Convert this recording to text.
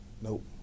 Nope